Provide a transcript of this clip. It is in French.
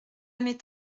m’est